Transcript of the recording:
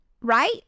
right